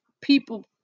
people